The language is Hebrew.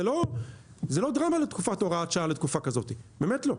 זה לא דרמה הוראת שעה לתקופה כזאת, באמת לא.